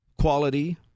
quality